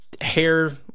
hair